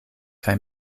kaj